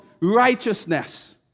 righteousness